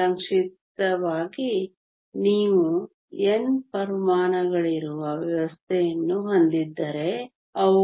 ಸಂಕ್ಷಿಪ್ತವಾಗಿ ನೀವು N ಪರಮಾಣುಗಳಿರುವ ವ್ಯವಸ್ಥೆಯನ್ನು ಹೊಂದಿದ್ದರೆ ಅವು